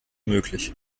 möglich